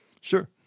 Sure